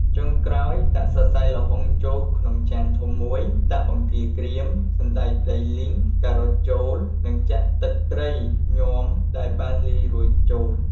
ចុងក្រោយ ដាក់សរសៃល្ហុងចូលក្នុងចានធំមួយ ដាក់បង្គាក្រៀម សណ្ដែកដីលីង ការ៉ុតចូល និងចាក់ទឹកត្រីញាំដែលបានលាយរួចចូល។